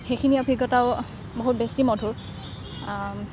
সেইখিনি অভিজ্ঞতাও বহুত বেছি মধুৰ